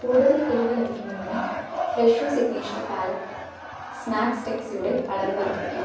കൂടുതൽ കിഴിവ് ലഭിക്കുന്നതിന് ഫ്രെഷോ സിഗ്നേച്ചർ പാലക് സ്നാക്ക് സ്റ്റിക്സിയുടെ അളവ് വർദ്ധിപ്പിക്കുക